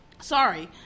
sorry